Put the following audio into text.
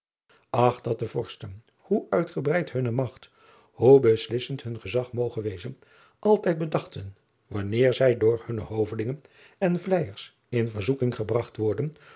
ten hoe uitgebreid hunne magt hoe beslissend hun gezag moge wezen altijd bedachten wanneer zij door hunne hovelingen en vleijers in verzoeking gebragt worden